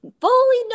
fully